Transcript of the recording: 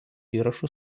įrašų